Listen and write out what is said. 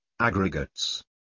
aggregates